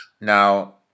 Now